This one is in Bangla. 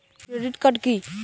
ক্রেডিট কার্ড কি?